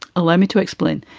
allow me to explain.